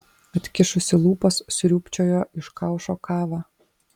atkišusi lūpas sriūbčiojo iš kaušo kavą